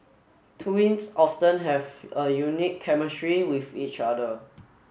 twins often have a unique chemistry with each other